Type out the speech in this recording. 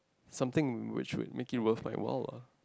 something which would make it worth like while lah